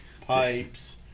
pipes